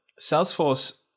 salesforce